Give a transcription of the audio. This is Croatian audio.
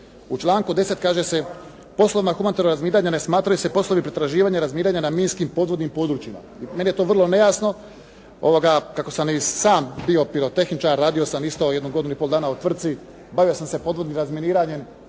U članku 10. kaže se: "Poslovima humanitarnog razminiranja ne smatraju se poslovi pretraživanja i razminiranja na minskim podvodnim područjima.". Meni je to vrlo nejasno, kako sam i sam bio pirotehničar, radio sam jedno godinu i pol dana u tvrtci, bavio sam se podvodnim razminiranjem